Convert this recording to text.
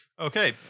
Okay